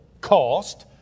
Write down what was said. cost